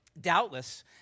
Doubtless